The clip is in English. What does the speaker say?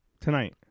tonight